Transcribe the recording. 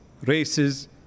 races